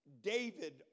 David